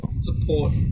support